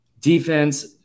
Defense